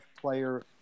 player